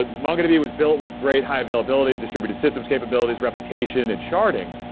ah mongodb was built with great high-availability, distributed systems capabilities, replication and sharding,